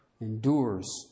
endures